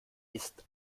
ist